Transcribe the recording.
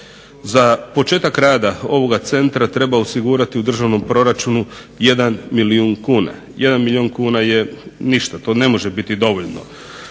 Za početak rada ovoga centra treba osigurati u državnom proračunu jedan milijun kuna. Jedan milijun kuna je ništa, to ne može biti dovoljno.